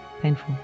painful